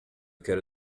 quero